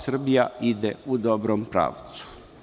Srbija ide u dobrom pravcu.